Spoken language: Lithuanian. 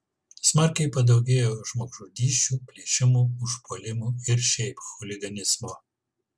smarkiai padaugėjo žmogžudysčių plėšimų užpuolimų ir šiaip chuliganizmo